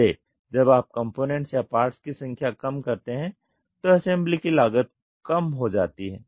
इसलिए जब आप कंपोनेंट्स या पार्ट्स की संख्या कम करते हैं तो असेम्ब्ली की लागत कम हो जाती हैं